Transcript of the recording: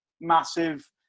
massive